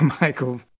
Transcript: Michael